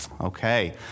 Okay